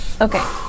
Okay